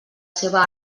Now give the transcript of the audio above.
seva